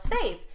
safe